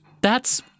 That's-